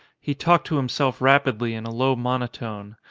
he talked to himself rapidly in a low monotone.